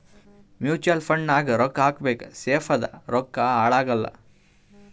mutual fund ನಾಗ್ ರೊಕ್ಕಾ ಹಾಕಬೇಕ ಸೇಫ್ ಅದ ರೊಕ್ಕಾ ಹಾಳ ಆಗಲ್ಲ